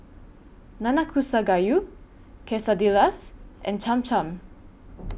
Nanakusa Gayu Quesadillas and Cham Cham